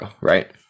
right